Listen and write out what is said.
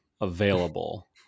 available